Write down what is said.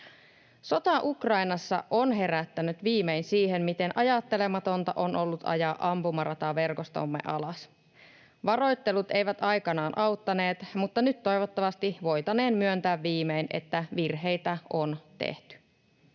Sota Ukrainassa on herättänyt viimein siihen, miten ajattelematonta on ollut ajaa ampumarataverkostomme alas. Varoittelut eivät aikanaan auttaneet, mutta nyt toivottavasti voitaneen myöntää viimein, että virheitä on tehty.